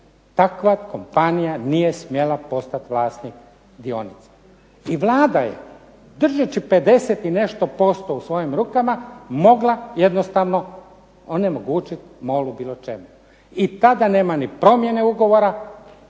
takva kompanija nije smjela postati vlasnik dionica. I Vlada je držeći 50 i nešto posto u svojim rukama mogla jednostavno onemogućit MOL u bilo čemu. I tada nema ni promjene ugovora